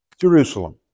Jerusalem